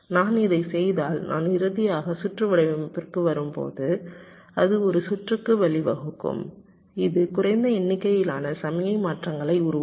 நான் இதைச் செய்தால் நான் இறுதியாக சுற்று வடிவமைப்பிற்கு வரும்போது அது ஒரு சுற்றுக்கு வழிவகுக்கும் இது குறைந்த எண்ணிக்கையிலான சமிக்ஞை மாற்றங்களை உருவாக்கும்